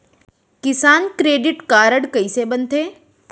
किसान credit card कइसे बनथे?